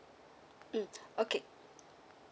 mm okay